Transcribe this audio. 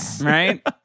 Right